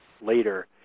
later